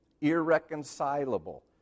irreconcilable